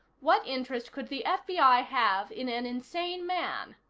what interest could the fbi have in an insane man?